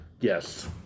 Yes